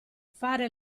fare